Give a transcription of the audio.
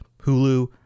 Hulu